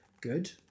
good